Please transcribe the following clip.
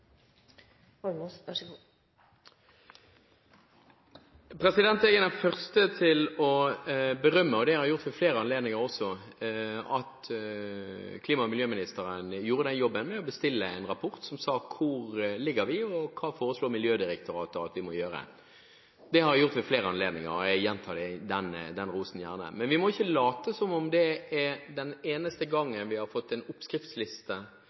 det har jeg gjort ved flere anledninger også – klima- og miljøministeren for å gjøre den jobben med å bestille en rapport som sier hvor vi ligger, og hva Miljødirektoratet foreslår at vi må gjøre. Det har jeg gjort ved flere anledninger, og jeg gjentar gjerne den rosen. Men vi må ikke late som om det er den eneste gangen vi har fått en oppskriftsliste